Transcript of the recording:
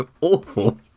awful